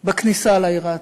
בכניסה לעיר העתיקה.